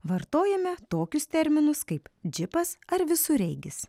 vartojame tokius terminus kaip džipas ar visureigis